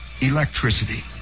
electricity